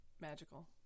magical